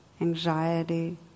anxiety